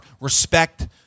respect